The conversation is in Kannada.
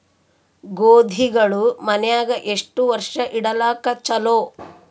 ಗೋಧಿಗಳು ಮನ್ಯಾಗ ಎಷ್ಟು ವರ್ಷ ಇಡಲಾಕ ಚಲೋ?